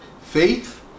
faith